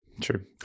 true